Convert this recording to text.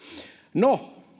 no